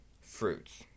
fruits